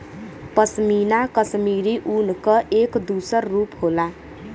पशमीना कशमीरी ऊन क एक दूसर रूप होला